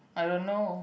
I don't know